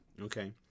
Okay